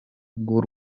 bw’u